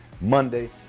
Monday